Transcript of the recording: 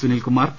Sunilkumar P